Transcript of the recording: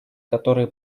которые